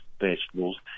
vegetables